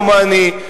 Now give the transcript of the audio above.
דומני,